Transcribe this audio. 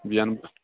بیَن